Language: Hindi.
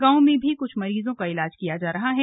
गांव में भी कुछ मरीजों का इलाज किया जा रहा है